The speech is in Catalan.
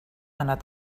anat